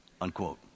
Unquote